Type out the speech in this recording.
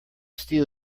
steal